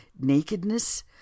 nakedness